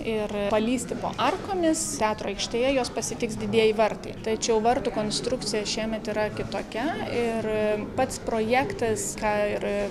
ir palįsti po arkomis teatro aikštėje juos pasitiks didieji vartai tačiau vartų konstrukcija šiemet yra kitokia ir pats projektas ką ir